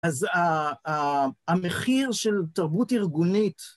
אז המחיר של תרבות ארגונית